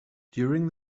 during